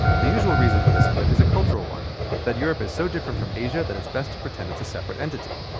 the usual reason for this split is a cultural one that europe is so different from asia that it's best to pretend it's a separate entity.